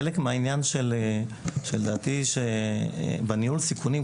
חלק מהעניין לדעתי בניהול סיכונים,